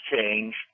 change